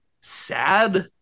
sad